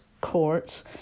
courts